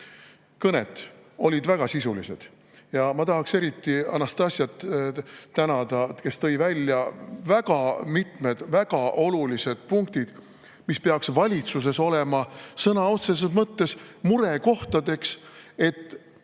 kõnet olid väga sisulised. Ma tahaks eriti tänada Anastassiat, kes tõi välja väga mitmed väga olulised punktid, mis peaks valitsuses olema sõna otseses mõttes murekohtadeks, et